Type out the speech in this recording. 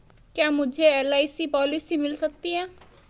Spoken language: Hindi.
क्या मुझे एल.आई.सी पॉलिसी मिल सकती है?